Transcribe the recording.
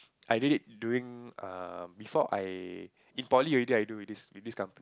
I did it during um before I in poly already I already do I do with this com~